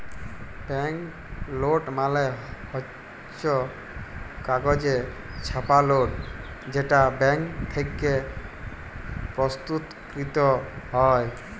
bank note মালে হচ্ছ কাগজে ছাপা লোট যেটা ব্যাঙ্ক থেক্যে প্রস্তুতকৃত হ্যয়